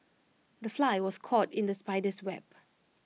the fly was caught in the spider's web